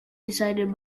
decided